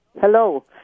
Hello